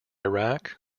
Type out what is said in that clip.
iraq